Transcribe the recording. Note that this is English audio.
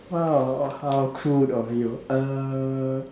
!wow! how crude of you uh